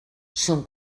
són